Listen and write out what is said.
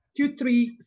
Q3